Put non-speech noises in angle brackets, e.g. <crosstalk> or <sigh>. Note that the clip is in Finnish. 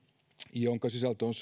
jonka sisältö on <unintelligible>